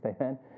amen